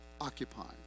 occupying